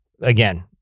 again